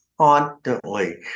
constantly